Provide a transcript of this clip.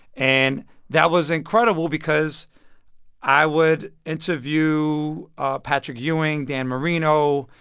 and that was incredible because i would interview patrick ewing, dan marino,